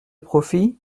profits